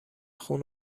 خون